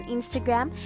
Instagram